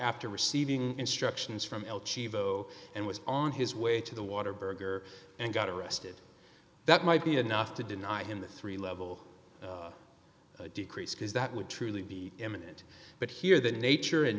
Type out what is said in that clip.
after receiving instructions from chivo and was on his way to the water burger and got arrested that might be enough to deny him the three level decrease because that would truly be imminent but here the nature and